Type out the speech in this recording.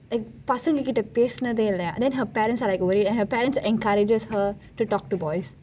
like பசுங்க கிட்டே பேசினதே இல்லை:pasunka kittei pesinathei illai and then her parents are like worried and her parents encourages her to talk to boys